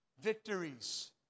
Victories